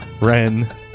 Ren